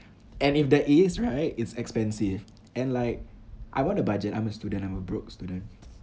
and if there is right it's expensive and like I want to budget I'm a student I'm a broke student